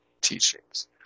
teachings